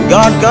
God